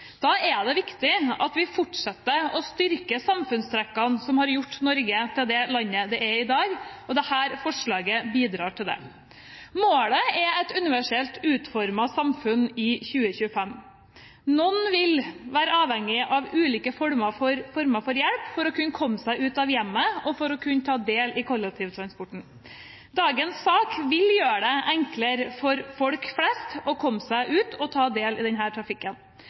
Da er det viktig at vi fortsetter å styrke samfunnstrekkene som har gjort Norge til det landet det er i dag, og dette forslaget bidrar til det. Målet er et universelt utformet samfunn i 2025. Noen vil være avhengig av ulike former for hjelp for å kunne komme seg ut av hjemmet og for å kunne ta del i kollektivtransporten. Dagens vedtak vil gjøre det enklere for folk flest å komme seg ut og ta del i denne trafikken.